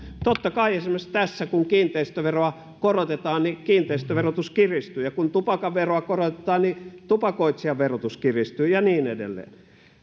totta kai esimerkiksi tässä kun kiinteistöveroa korotetaan kiinteistöverotus kiristyy ja kun tupakkaveroa korotetaan niin tupakoitsijan verotus kiristyy ja niin edelleen